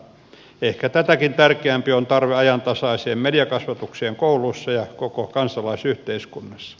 ehkä tätäkin tärkeämpi on tarve ajantasaiseen mediakasvatukseen kouluissa ja koko kansalaisyhteiskunnassa